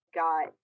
got